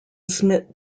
smit